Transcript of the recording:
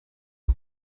one